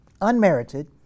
Unmerited